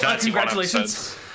congratulations